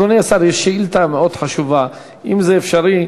אדוני השר, יש שאילתה מאוד חשובה, אם זה אפשרי.